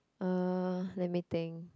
uh let me think